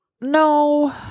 No